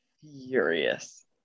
furious